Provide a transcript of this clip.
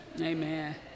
Amen